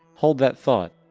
hold that thought,